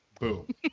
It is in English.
boom